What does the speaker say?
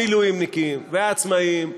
המילואימניקים והעצמאים,